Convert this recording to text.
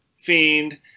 fiend